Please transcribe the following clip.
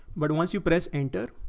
but once you press enter,